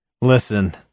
listen